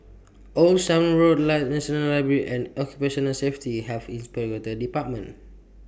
Old Sarum Road National Library and Occupational Safety Have Health Inspectorate department